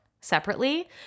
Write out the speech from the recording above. separately